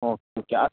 okay okay